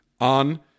on